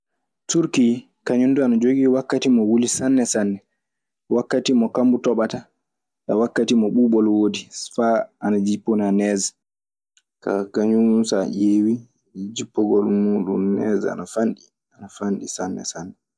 Turki kañum dun ana jogi wakati mon wuli sanne sanne, wakati no kamu toɓata e wakati no ɓubol wodi fa ana jipina nege. Kaa kañun so a ƴeewii jippogol muuɗun nees ana fanɗi, ana fanɗi sanne sanne.